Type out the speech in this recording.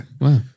wow